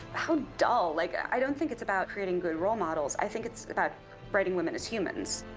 how dull. like i don't think it's about creating good role models. i think it's about writing women as humans.